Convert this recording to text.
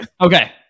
Okay